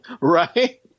Right